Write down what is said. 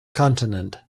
continent